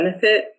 benefit